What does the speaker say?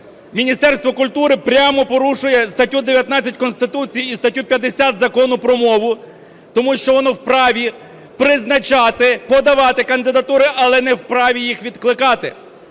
Міністерство культури прямо порушує статтю 19 Конституції і статтю 50 Закону про мову, тому що воно вправі призначати, подавати кандидатури, але не вправі їх відкликати.